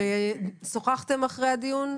האם שוחחתם אחרי הדיון?